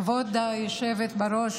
כבוד היושבת בראש,